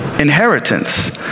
inheritance